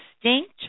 distinct